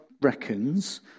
reckons